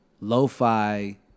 lo-fi